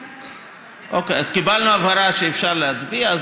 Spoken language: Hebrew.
אוקיי, קיבלנו הבהרה שאפשר להצביע.